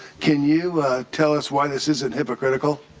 can you tell us why this isn't hypocritical.